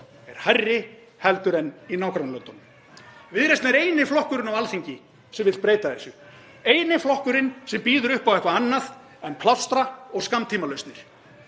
sé hærri heldur en í nágrannalöndunum. Viðreisn er eini flokkurinn á Alþingi sem vill breyta þessu, eini flokkurinn sem býður upp á eitthvað annað en plástra og skammtímalausnir.